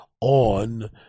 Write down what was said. on